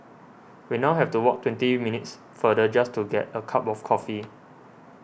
we now have to walk twenty minutes farther just to get a cup of coffee